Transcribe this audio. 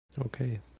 Okay